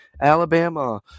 Alabama